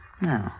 No